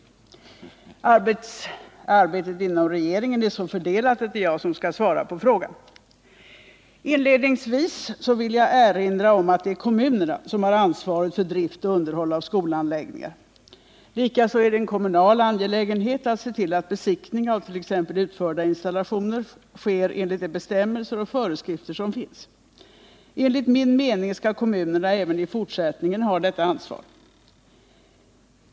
Arbetet inom regeringen är så fördelat att det är jag som skall svara på frågan. Inledningsvis vill jag erinra om att det är kommunerna som har ansvaret för drift och underhåll av skolanläggningar. Likaså är det en kommunal angelägenhet att se till att besiktning av t.ex. utförda installationer sker enligt de bestämmelser och föreskrifter som finns. Enligt min mening skall kommunerna även i fortsättningen ha detta ansvar.